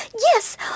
yes